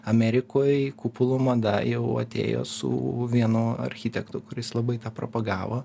amerikoj kupolų mada jau atėjo su vienu architektu kuris labai tą propagavo